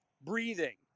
Breathing